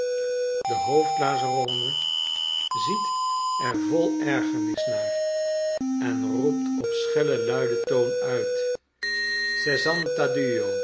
de hoofd lazzarone ziet er vol ergernis naar en roept op schellen luiden toon uit sessantadue